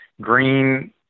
Green